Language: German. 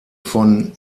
von